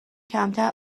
کمتر